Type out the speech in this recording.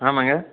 ஆமாங்க